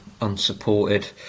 unsupported